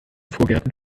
vorgärten